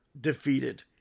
defeated